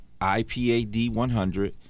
IPAD100